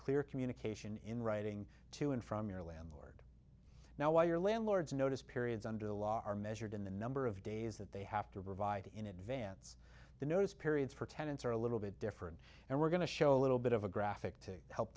clear communication in writing to and from your landlord now while your landlord's notice periods under the law are measured in the number of days that they have to revise in advance the notice periods for tenants are a little bit different and we're going to show a little bit of a graphic to help